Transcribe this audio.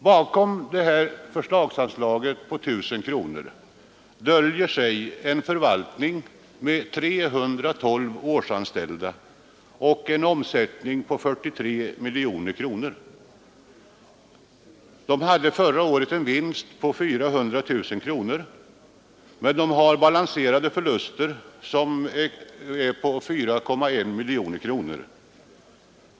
Bakom det förslagsanslaget döljer sig en förvaltning med 312 årsanställda och en omsättning på 43 miljoner kronor. DAFA gav förra året en vinst på 400 000 kronor men har balanserade förluster på 4,1 miljoner kronor.